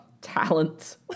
talent